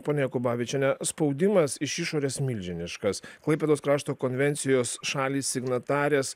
ponia jokubavičiene spaudimas iš išorės milžiniškas klaipėdos krašto konvencijos šalys signatarės